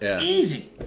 Easy